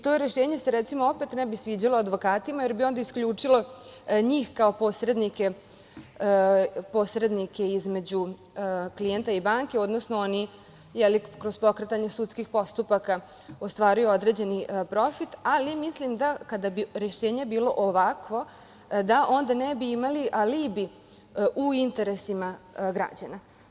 To rešenje se, recimo, opet ne bi sviđalo advokatima, jer bi onda isključilo njih kao posrednike između klijenta i banke, odnosno oni kroz pokretanje sudskih postupaka ostvaruju određeni profit, ali mislim da kada bi rešenje bilo ovakvo onda ne bi imali alibi u interesima građana.